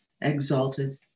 exalted